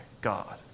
God